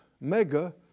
mega